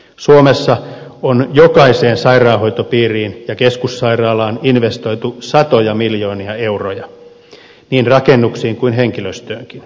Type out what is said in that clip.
suomessa on jokaiseen sairaanhoitopiiriin ja keskussairaalaan investoitu satoja miljoonia euroja niin rakennuksiin kuin henkilöstöönkin